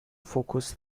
fokus